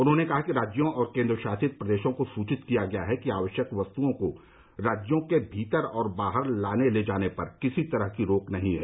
उन्होंने कहा कि राज्यों और केंद्रशासित प्रदेशों को सूचित किया गया है कि आवश्यक वस्तुओं को राज्यों के भीतर और बाहर लाने ले जाने पर किसी तरह की रोक नहीं है